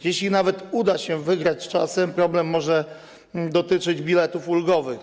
Jeśli nawet uda się wygrać z czasem, problem może dotyczyć biletów ulgowych.